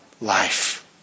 life